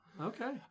okay